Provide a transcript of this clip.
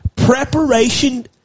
Preparation